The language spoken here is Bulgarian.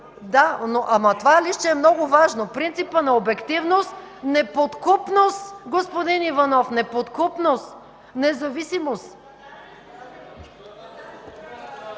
Да, ама това листче е много важно: принципът на обективност, неподкупност, господин Иванов! Неподкупност! Независимост!